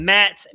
Matt